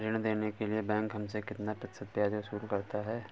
ऋण देने के लिए बैंक हमसे कितना प्रतिशत ब्याज वसूल करता है?